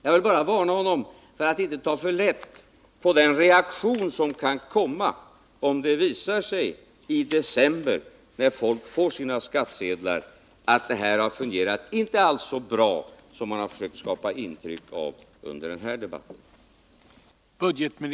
Jag vill bara varna honom för att ta för lätt på den reaktion som kan komma, om det i december, när folk får sina skattsedlar, visar sig att det hela inte alls har fungerat så bra som han försökt skapa ett intryck av under den här debatten.